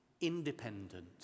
independent